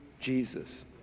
Jesus